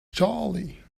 jolly